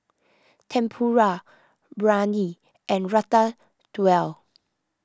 Tempura Biryani and Ratatouille